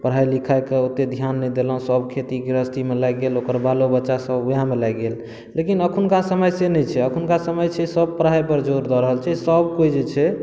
पढ़ाइ लिखाइके ओते ध्यान नहि देलहुॅं सभ खेती गृहस्थी मे लागि गेल ओकर बालो बच्चा सभ ओहे मे लागि गेल लेकिन अखुनका समय से नहि छै अखुनका समय छै सभ पढ़ाइ पर जोर दऽ रहल छै सभ कोइ जे छै